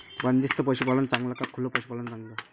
बंदिस्त पशूपालन चांगलं का खुलं पशूपालन चांगलं?